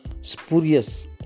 Spurious